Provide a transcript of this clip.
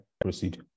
proceed